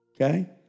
okay